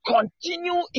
Continue